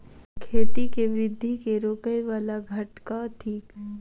खेती केँ वृद्धि केँ रोकय वला घटक थिक?